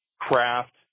craft